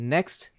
Next